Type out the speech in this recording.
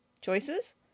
choices